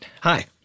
Hi